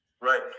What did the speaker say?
Right